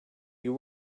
you